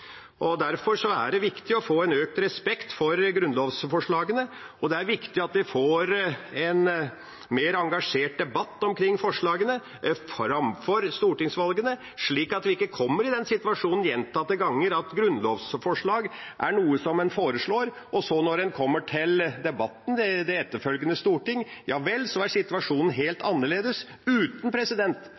Derfor er det viktig å få økt respekt for grunnlovsforslagene, og det er viktig at vi får en mer engasjert debatt omkring forslagene før stortingsvalgene, slik at vi ikke kommer i den situasjonen gjentatte ganger at grunnlovsforslag er noe som en foreslår, og så når det kommer til debatten i det etterfølgende stortinget, ja vel, så er situasjonen helt annerledes, uten